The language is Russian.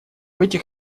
этих